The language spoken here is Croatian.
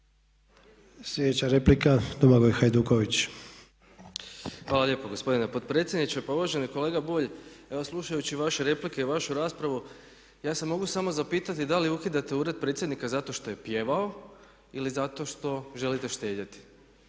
**Hajduković, Domagoj (SDP)** Hvala lijepo gospodine potpredsjedniče. Pa uvaženi kolega Bulj, evo slušajući vaše replike i vašu raspravu ja se mogu samo zapitati da li ukidate ured predsjednika zato što je pjevao ili zato što želite štedjeti.